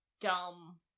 dumb